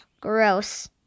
gross